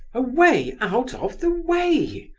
away, out of the way!